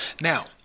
now